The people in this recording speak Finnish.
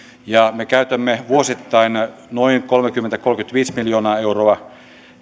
ja me käytämme vuosittain noin kolmekymmentä viiva kolmekymmentäviisi miljoonaa euroa